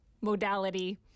modality